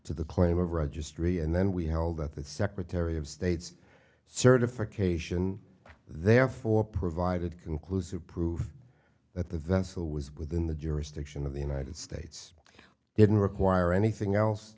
to the claim of registry and then we held that the secretary of state's certification therefore provided conclusive proof that the vessel was within the jurisdiction of the united states didn't require anything else